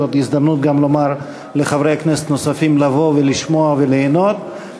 זאת הזדמנות גם לומר לחברי כנסת נוספים לבוא ולשמוע וליהנות,